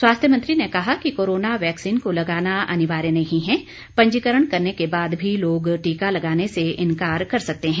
स्वास्थ्य मंत्री ने कहा कि कोरोना वैक्सीन को लगाना अनिवार्य नहीं है पंजीकरण करने के बाद भी लोग टीका लगाने से इंकार कर सकते हैं